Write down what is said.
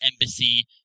embassy